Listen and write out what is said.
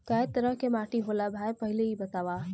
कै तरह के माटी होला भाय पहिले इ बतावा?